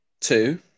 two